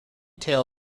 tail